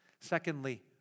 Secondly